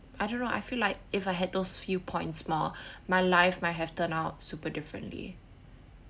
I don't know I feel like if I had those few points more my life might have turned out super differently